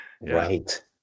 Right